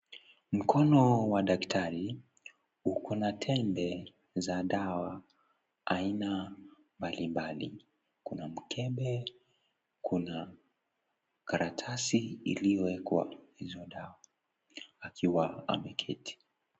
Mkono wa daktari uko na tembe za dawa aina mbalimbali, Kuna mkebe, Kuna karatasi iliyowekwa hizo dawa akiwa ameketi.